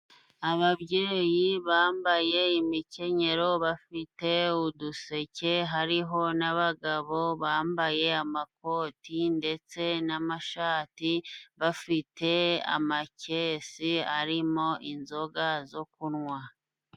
Ababyeyi bambaye imikenyero bafite uduseke, hariho n'abagabo bambaye amakoti ndetse n'amashati, bafite amakesi arimo inzoga zo kunywa.